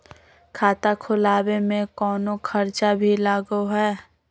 खाता खोलावे में कौनो खर्चा भी लगो है?